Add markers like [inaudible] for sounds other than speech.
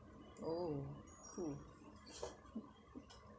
oh cool [laughs]